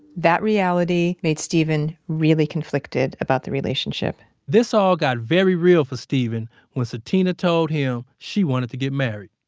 that reality made steven really conflicted about the relationship this all got very real for steven when sutina told him she wanted to get married